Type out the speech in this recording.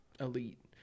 Elite